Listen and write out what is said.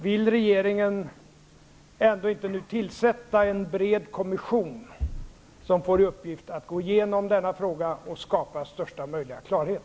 Vill regeringen ändå inte tillsätta en bred kommission, som får i uppgift att gå igenom denna fråga och skapa största möjliga klarhet?